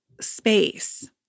space